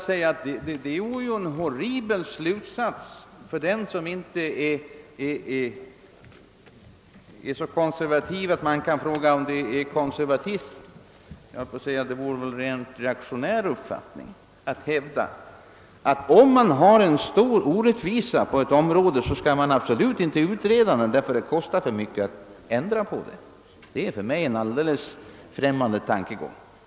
Det vore helt horribelt och ett tecken på en mycket konservativ för att inte säga reaktionär uppfattning att hävda, att om man har en stor orättvisa på ett område, så skall man absolut inte utreda den frågan, eftersom det kostar så mycket att ändra på förhållandena. Det är för mig en alldeles verklighetsfrämmande tanke.